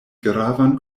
gravan